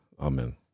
Amen